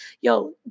Yo